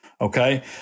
okay